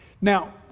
now